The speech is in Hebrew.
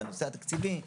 בנושא התקציבי,